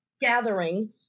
gathering